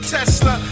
Tesla